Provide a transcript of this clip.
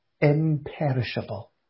imperishable